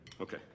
Okay